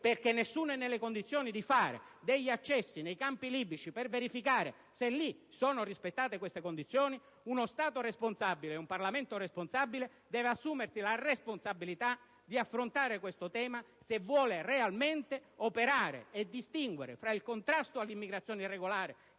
(perché nessuno è nelle condizioni di fare degli accessi nei campi libici per verificare se sono rispettate queste condizioni), uno Stato e un Parlamento responsabili devono assumersi la responsabilità di affrontare questo tema se vogliono realmente operare e distinguere tra il contrasto all'immigrazione irregolare